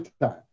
time